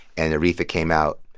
and aretha came out,